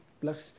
plus